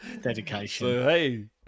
Dedication